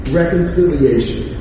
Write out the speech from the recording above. reconciliation